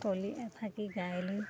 কলি এফাকি গাই লৈ